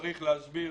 וצריך להסביר: